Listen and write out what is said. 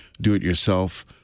do-it-yourself